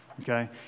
Okay